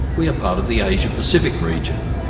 we are part of the asia-pacific region.